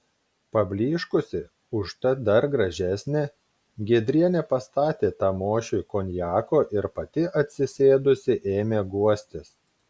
pablyškusi užtat dar gražesnė giedrienė pastatė tamošiui konjako ir pati atsisėdusi ėmė guostis